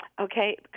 okay